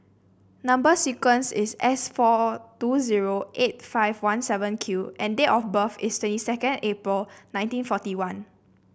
number sequence is S four two zero eight five one seven Q and date of birth is twenty second April nineteen forty one